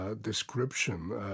description